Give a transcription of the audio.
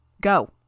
Go